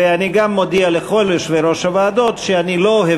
ואני גם מודיע לכל יושבי-ראש הוועדות שאני לא אוהב